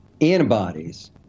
antibodies